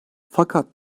fakat